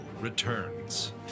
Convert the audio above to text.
returns